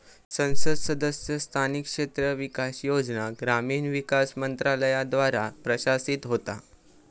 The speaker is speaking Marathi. संसद सदस्य स्थानिक क्षेत्र विकास योजना ग्रामीण विकास मंत्रालयाद्वारा प्रशासित होता